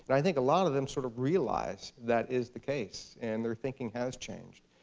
and i think a lot of them sort of realize that is the case, and their thinking has changed.